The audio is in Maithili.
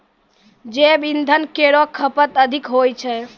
जैव इंधन केरो खपत अधिक होय छै